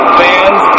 fans